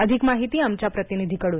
अधिक माहिती आमच्या प्रतिनिधीकडून